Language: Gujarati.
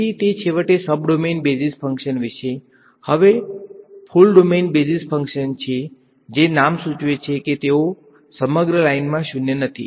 તેથી તે છેવટે સબ ડોમેન બેઝિસ ફંક્શન વિશે છે હવે ફુલ ડોમેન બેઝિસ ફંક્શન્સ છે જે નામ સૂચવે છે કે તેઓ સમગ્ર લાઇનમાં શૂન્ય નથી